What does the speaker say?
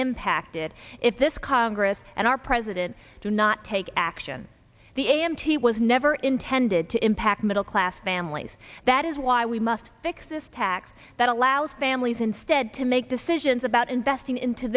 impacted if this congress and our president do not take action the a m t was never intended to impact middle class families that is why we must fix this tax that allows families instead to make decisions about investing into